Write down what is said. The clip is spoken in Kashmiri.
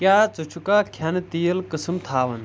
کیٛاہ ژٕ چھُکا کھٮ۪نہٕ تیٖل قسٕم تھاوان؟